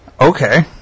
okay